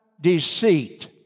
deceit